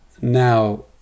now